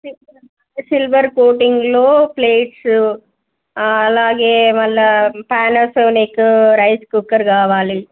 silver కోటింగ్లో plates అలాగే మళ్ళీ పానాసోనిక్ రైస్ కుక్కర్ కావాలి